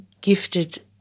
gifted